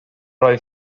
oedd